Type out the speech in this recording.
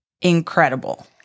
incredible